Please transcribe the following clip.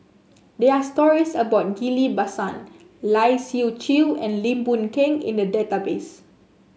there are stories about Ghillie Basan Lai Siu Chiu and Lim Boon Keng in the database